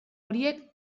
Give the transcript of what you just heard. horiek